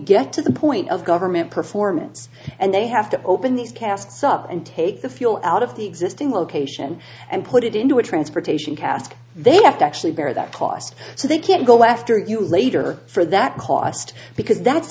get to the point of government performance and they have to open these casks up and take the fuel out of the existing location and put it into a transportation cask they have to actually bear that cost so they can go left or you later for that cost because that's